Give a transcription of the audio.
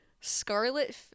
Scarlet